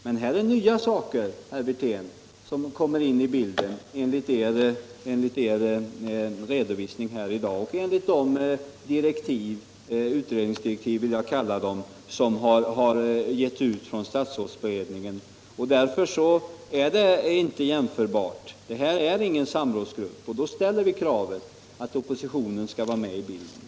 Men här är det nya saker som kommer in i bilden, herr Wirtén, enligt er redovisning här i dag och enligt de direktiv — jag vill kalla dem utredningsdirektiv — som har getts från statsrådsberedningen. Därför är de olika fallen inte jämförbara. Det här är ingen samrådsgrupp. Vi ställer därför kravet att oppositionen skall vara med i bilden.